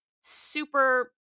super